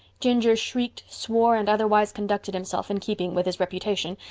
ginger shrieked, swore, and otherwise conducted himself in keeping with his reputation,